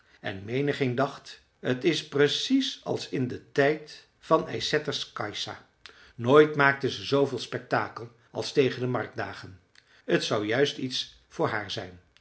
en menigeen dacht t is precies als in den tijd van ysätters kajsa nooit maakte ze zooveel spektakel als tegen de marktdagen t zou juist iets voor haar zijn